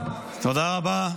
לא ייאמן --- תודה רבה.